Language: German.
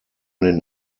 den